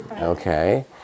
Okay